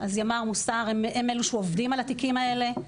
אז ימ"ר מוסר הם אלו שעובדים על התיקים האלה.